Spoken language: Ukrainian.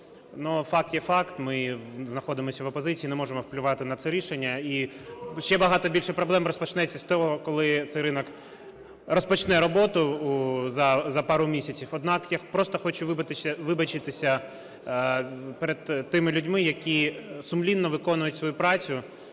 Но факт є факт, ми знаходимося в опозиції, не можемо впливати на це рішення. І ще багато більше проблем розпочнеться з того, коли цей ринок розпочне роботу за пару місяців. Однак я просто хочу вибачитися перед тими людьми, які сумлінно виконують свою працю,